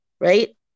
right